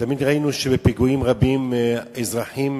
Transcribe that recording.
תמיד ראינו שבפיגועים רבים אזרחים